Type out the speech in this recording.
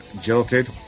jilted